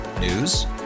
News